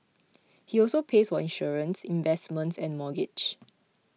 he also pays for insurance investments and mortgage